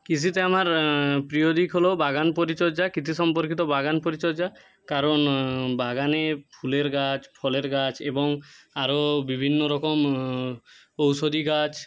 কৃষিতে আমার প্রিয় দিক হল বাগান পরিচর্যা কৃষি সম্পর্কিত বাগান পরিচর্যা কারণ বাগানে ফুলের গাছ ফলের গাছ এবং আরও বিভিন্ন রকম ঔষধি গাছ